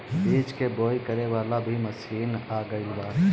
बीज के बोआई करे वाला भी अब मशीन आ गईल बा